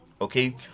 Okay